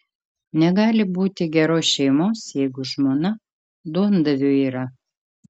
negali būti geros šeimos jeigu žmona duondaviu yra